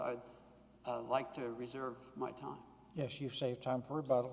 i'd like to reserve my time yes you save time for about